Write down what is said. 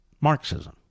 Marxism